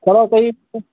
چلو صحیح